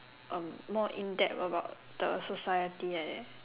uh more in depth about the society like that